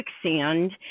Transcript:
quicksand